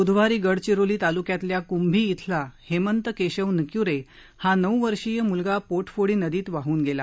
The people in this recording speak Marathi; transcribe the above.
बुधवारी गडचिरोली तालुक्यातल्या कुंभी इथला हेमंत केशव निकुरे हा नऊ वर्षीय मुलगा पोटफोडी नदीत वाहन गेला